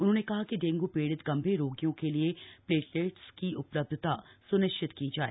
उन्होंने कहा कि डेंगू पीड़ित गंभीर रोगियों के लिए प्लेटलेट्स की उपलब्धता स्निश्चित की जाए